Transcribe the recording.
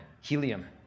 helium